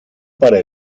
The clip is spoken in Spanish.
para